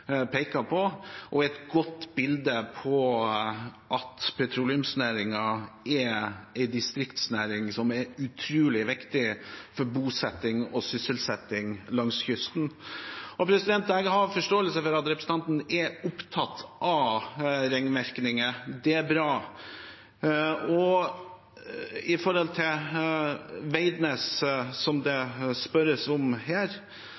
på, og det er et godt bilde på at petroleumsnæringen er en distriktsnæring som er utrolig viktig for bosetting og sysselsetting langs kysten. Jeg har forståelse for at representanten Sjåstad er opptatt av ringvirkninger – det er bra. Når det gjelder Veidnes, som det ble spurt om her,